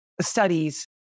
studies